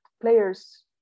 players